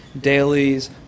dailies